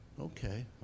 okay